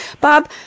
Bob